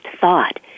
thought